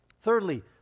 thirdly